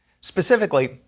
specifically